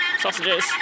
sausages